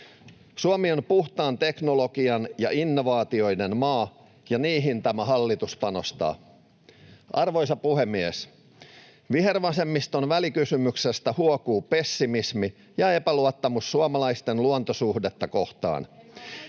Suomi on puhtaan teknologian ja innovaatioiden maa, ja niihin tämä hallitus panostaa. Arvoisa puhemies! Vihervasemmiston välikysymyksestä huokuu pessimismi ja epäluottamus suomalaisten luontosuhdetta kohtaan.